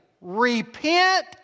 Repent